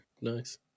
Nice